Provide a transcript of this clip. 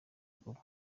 kuba